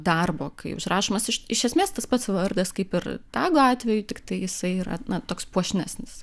darbo kai užrašomas iš esmės tas pats vardas kaip ir tago atveju tiktai jisai yra toks puošnesnis